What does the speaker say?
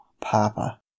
Papa